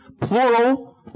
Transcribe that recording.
Plural